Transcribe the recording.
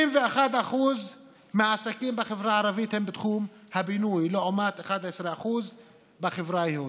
31% מהעסקים בחברה הערבית הם בתחום הבינוי לעומת 11% בחברה היהודית,